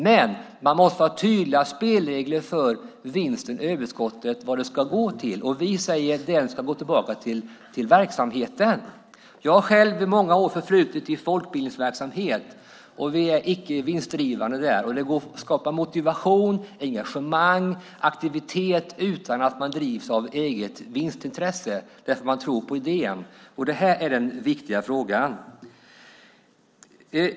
Men man måste ha tydliga spelregler för vad vinsten och överskottet ska gå till. Vi säger att det ska gå tillbaka till verksamheten. Jag har själv ett förflutet med många år i folkbildningsverksamhet. Vi är icke-vinstdrivande där. Det skapar motivation, engagemang och aktivitet utan att man drivs av eget vinstintresse, eftersom man tror på idén. Det är den viktiga frågan.